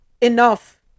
enough